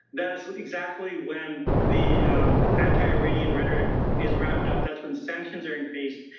that's exactly when the anti-iranian rhetoric is ramped up, that's when sanctions are increased.